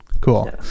Cool